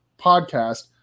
podcast